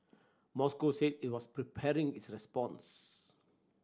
Moscow said it was preparing its response